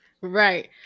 Right